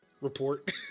report